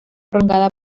prolongada